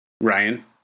Ryan